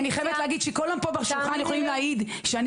ואני חייבת להגיד שכולם פה בשולחן יכולים להעיד שאני